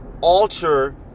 alter